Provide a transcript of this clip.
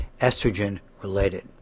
estrogen-related